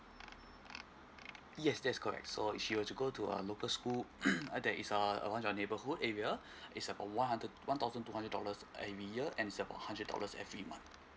yes that's correct so she wants to go to a local school uh that is uh around our neighbourhood area it's a one hundred one thousand two hundred dollars a year and it's about hundred dollars every month